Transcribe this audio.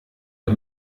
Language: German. der